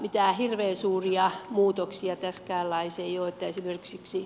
mitään hirveän suuria muutoksia tässäkään laissa ei ole